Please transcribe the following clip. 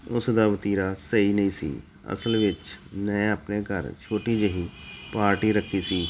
ਉਸ ਦਾ ਵਤੀਰਾ ਸਹੀ ਨਹੀਂ ਸੀ ਅਸਲ ਵਿੱਚ ਮੈਂ ਆਪਣੇ ਘਰ ਛੋਟੀ ਜਿਹੀ ਪਾਰਟੀ ਰੱਖੀ ਸੀ